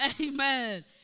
Amen